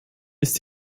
ist